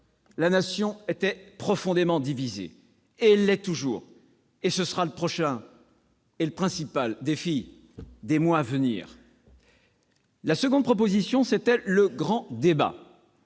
la Nation était profondément divisée. Et elle l'est toujours- tel sera le prochain et principal défi des mois à venir. La seconde proposition consistait dans